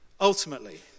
ultimately